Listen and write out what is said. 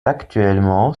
actuellement